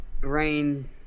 brain